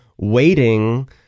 waiting